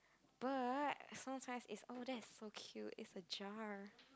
but sometimes it's oh that is so cute is a jar